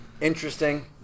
interesting